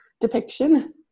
depiction